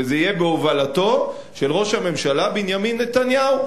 וזה יהיה בהובלתו של ראש הממשלה בנימין נתניהו,